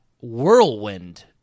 whirlwind